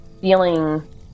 feeling